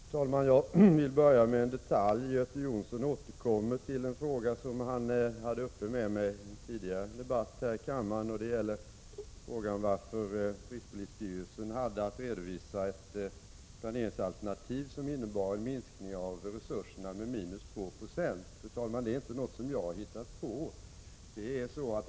Fru talman! Jag vill börja med en detalj. Göte Jonsson återkommer till en fråga som han hade uppe med mig vid en tidigare debatt i kammaren, och det gäller frågan varför rikspolisstyrelsen hade att redovisa ett planeringsalternativ som innebar en minskning av resurserna med 2 90. Fru talman! Detta är inte något som jag har hittat på.